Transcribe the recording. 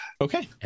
Okay